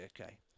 okay